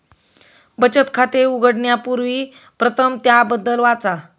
बचत खाते उघडण्यापूर्वी प्रथम त्याबद्दल वाचा